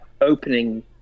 opening